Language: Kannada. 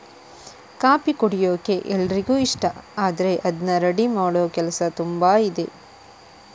ಕಾಫಿ ಕುಡಿಯೋಕೆ ಎಲ್ರಿಗೂ ಇಷ್ಟ ಆದ್ರೆ ಅದ್ನ ರೆಡಿ ಮಾಡೋ ಕೆಲಸ ತುಂಬಾ ಇದೆ